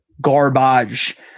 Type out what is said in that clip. garbage